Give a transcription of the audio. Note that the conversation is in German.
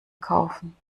kaufen